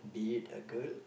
be it a girl